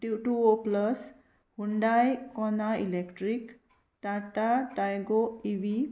tube two O plus Hyundai Kona electric Tata Tiago E V